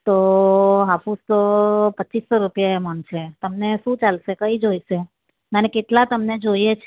તો હાફૂસ તો પચીસસો રૂપિયે મણ છે તમને શું ચાલશે કઈ જોઈશે અને કેટલા તમને જોઈએ છે